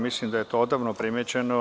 Mislim da je to odavno primećeno.